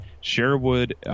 Sherwood